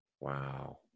Wow